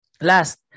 Last